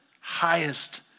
highest